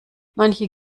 manche